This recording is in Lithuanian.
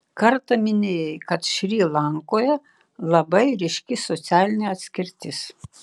kartą minėjai kad šri lankoje labai ryški socialinė atskirtis